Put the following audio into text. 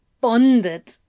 bonded